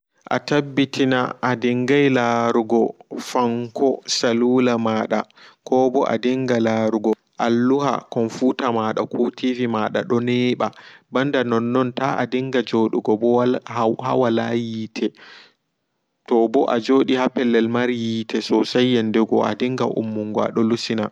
Fuddode aheɓa ɓoggol printer mai awata ha komputer mai se ayaha ha setting komputer mada se alara printer se aɓidda awada connecting maga.